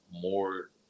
more